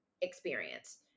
experience